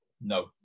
No